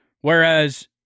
Whereas